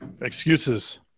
Excuses